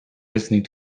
listening